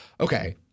okay